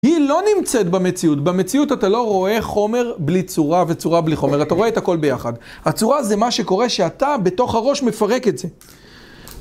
היא לא נמצאת במציאות. במציאות אתה לא רואה חומר בלי צורה וצורה בלי חומר. אתה רואה את הכל ביחד. הצורה זה מה שקורה שאתה בתוך הראש מפרק את זה.